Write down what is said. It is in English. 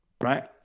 right